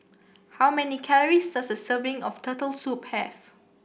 how many calories does a serving of Turtle Soup have